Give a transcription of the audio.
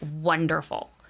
wonderful